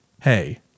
Hey